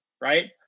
right